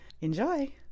Enjoy